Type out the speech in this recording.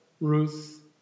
Ruth